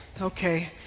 Okay